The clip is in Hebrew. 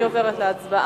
לוועדת החוץ והביטחון.